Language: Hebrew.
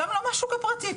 גם לא מהשוק הפרטי,